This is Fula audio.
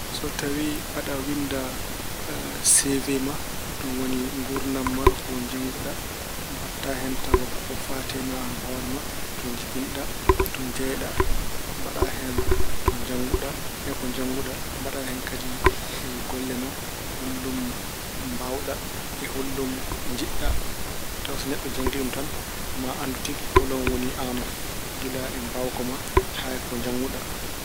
So tawi aɗa winnda CV ma, ɗum woni ko nguurdam ma, ko jannguɗa. Mbaɗta hen tawa ko fayti e ma aan hoore ma: to njibinaɗa, to njeyaɗa, mbaɗa hen to jannguɗa et ko jannguɗa. Mbaɗa hen kadi golle ma: hollum mbaawɗa, e hollum njiɗɗa. Tawa so neɗɗo janngii ɗum tan, maa anndu tigi holi oon woni aano, gila e mbaawka ma e ko njannguɗa.